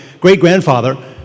great-grandfather